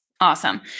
Awesome